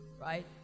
Right